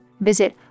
Visit